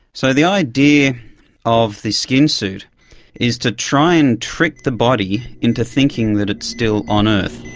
so the idea of the skin-suit is to try and trick the body into thinking that it's still on earth.